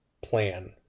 plan